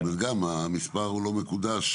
המספר הוא לא מקודש,